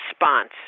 response